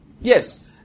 Yes